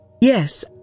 Yes